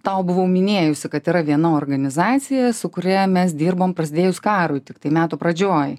tau buvau minėjusi kad yra viena organizacija su kuria mes dirbom prasidėjus karui tiktai metų pradžioj